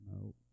no